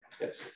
Yes